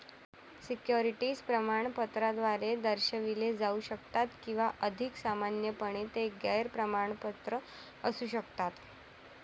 securities प्रमाणपत्राद्वारे दर्शविले जाऊ शकतात किंवा अधिक सामान्यपणे, ते गैर प्रमाणपत्र असू शकतात